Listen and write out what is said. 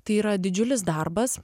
tai yra didžiulis darbas